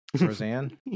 Roseanne